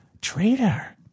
Traitor